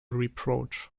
reproach